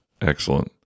Excellent